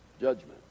judgment